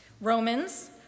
Romans